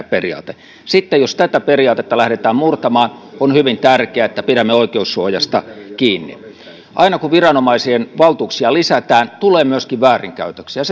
periaate sitten jos tätä periaatetta lähdetään murtamaan on hyvin tärkeää että pidämme oikeussuojasta kiinni aina kun viranomaisten valtuuksia lisätään tulee myöskin väärinkäytöksiä